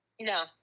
No